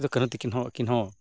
ᱥᱤᱫᱩᱼᱠᱟᱹᱱᱦᱩ ᱛᱟᱹᱠᱤᱱ ᱦᱚᱸ ᱟᱹᱠᱤᱱ ᱦᱚᱸ